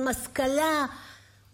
עם השכלה,